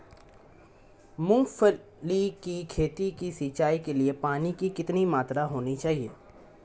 मूंगफली की खेती की सिंचाई के लिए पानी की कितनी मात्रा होनी चाहिए?